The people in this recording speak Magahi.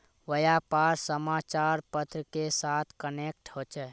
व्यापार समाचार पत्र के साथ कनेक्ट होचे?